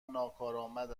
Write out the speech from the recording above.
ناکارآمد